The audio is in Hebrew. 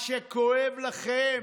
מה שכואב לכם,